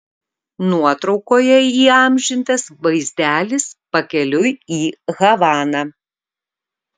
nuotraukoje įamžintas vaizdelis pakeliui į havaną